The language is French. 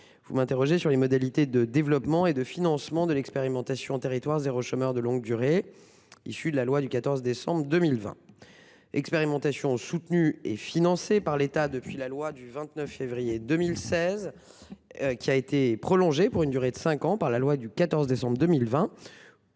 Vous m'interrogez sur les modalités de développement et de financement de l'expérimentation « territoires zéro chômeur de longue durée », issue de la loi du 14 décembre 2020. Cette expérimentation, soutenue et financée par l'État depuis la loi du 29 février 2016, a été prolongée pour une durée de cinq ans par la loi du 14 décembre 2020,